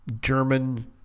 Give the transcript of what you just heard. German